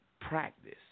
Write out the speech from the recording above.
practice